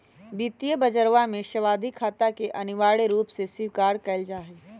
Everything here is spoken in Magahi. वित्तीय बजरवा में सावधि खाता के अनिवार्य रूप से स्वीकार कइल जाहई